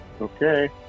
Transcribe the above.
okay